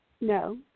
No